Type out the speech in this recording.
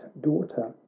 daughter